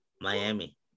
Miami